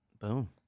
Boom